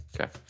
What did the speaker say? Okay